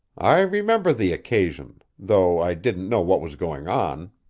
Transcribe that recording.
i remember the occasion, though i didn't know what was going on.